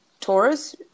Taurus